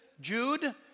Jude